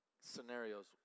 scenarios